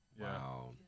Wow